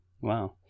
Wow